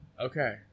Okay